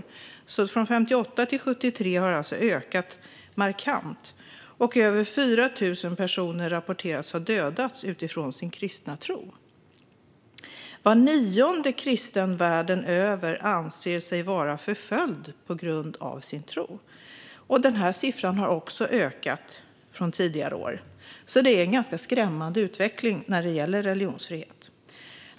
Det har alltså ökat markant, från 58 till 73 länder. Över 4 000 personer rapporteras ha dödats utifrån sin kristna tro, och var nionde kristen världen över anser sig vara förföljd på grund av sin tro. Denna andel har också ökat från tidigare år. Det är alltså en ganska skrämmande utveckling när det gäller religionsfrihet.